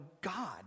God